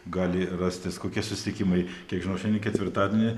gali rastis kokie susitikimai kiek žinau šiandien ketvirtadienį